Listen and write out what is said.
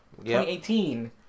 2018